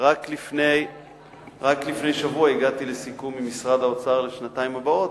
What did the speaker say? רק לפני שבוע הגעתי לסיכום עם משרד האוצר לשנתיים הבאות,